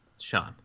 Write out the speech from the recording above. Sean